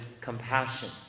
compassion